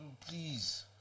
Please